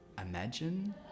imagine